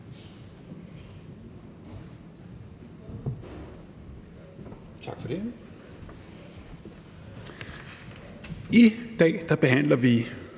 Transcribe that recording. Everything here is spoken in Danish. Tak for det. I dag behandler vi